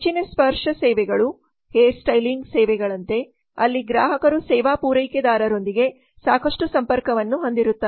ಹೆಚ್ಚಿನ ಸ್ಪರ್ಶ ಸೇವೆಗಳು ಹೇರ್ ಸ್ಟೈಲಿಂಗ್ ಸೇವೆಗಳಂತೆ ಅಲ್ಲಿ ಗ್ರಾಹಕರು ಸೇವಾ ಪೂರೈಕೆದಾರರೊಂದಿಗೆ ಸಾಕಷ್ಟು ಸಂಪರ್ಕವನ್ನು ಹೊಂದಿರುತ್ತಾರೆ